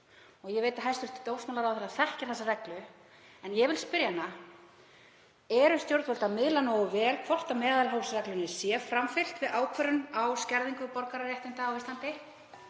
Ég veit að hæstv. dómsmálaráðherra þekkir þessa reglu en ég vil spyrja hana: Eru stjórnvöld að miðla því nógu vel hvort meðalhófsreglunni sé framfylgt við ákvörðun á skerðingu borgararéttinda á Íslandi?